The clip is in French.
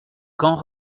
quand